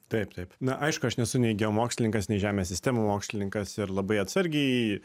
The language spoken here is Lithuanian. taip taip na aišku aš nesu nei geomokslininkas nei žemės sistemų mokslininkas ir labai atsargiai